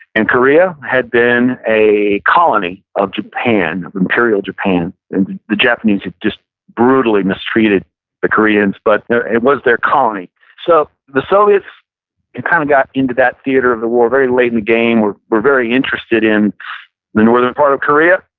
and korea had been a colony of japan, imperial japan. and the japanese had just brutally mistreated the koreans but it was their colony so the soviets kind of got into that theater of the war very late in the game, were were very interested in the northern part of korea.